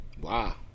Wow